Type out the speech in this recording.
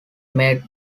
made